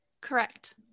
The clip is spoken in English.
Correct